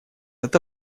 это